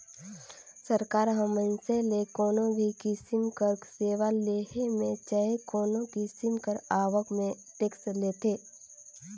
सरकार ह मइनसे ले कोनो भी किसिम कर सेवा लेहे में चहे कोनो किसिम कर आवक में टेक्स लेथे